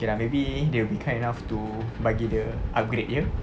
okay lah maybe they will be kind enough to bagi dia upgrade ye